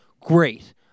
great